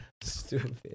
Stupid